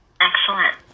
Excellent